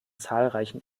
zahlreichen